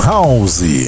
House